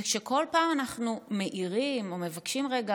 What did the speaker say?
זה שכל פעם אנחנו מעירים או מבקשים "רגע,